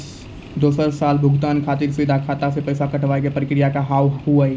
दोसर साल भुगतान खातिर सीधा खाता से पैसा कटवाए के प्रक्रिया का हाव हई?